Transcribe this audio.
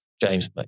James